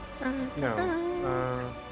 No